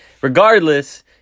Regardless